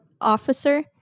officer